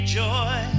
joy